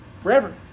Forever